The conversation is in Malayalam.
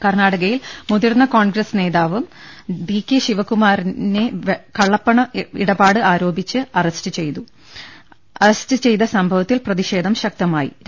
കർണാടകയിൽ മുതിർന്ന കോൺഗ്രസ് നേതാവ് ഡി കെ ശിവകുമാറിനെ കള്ളപ്പണ ഇടപാട് ആരോപിച്ച് അറസ്റ്റു ചെയ്ത സംഭവത്തിൽ പ്രതിഷേധം ശക്ത മായി